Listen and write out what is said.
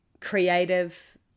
creative